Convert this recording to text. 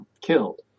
killed